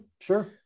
Sure